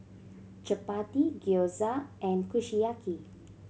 Chapati Gyoza and Kushiyaki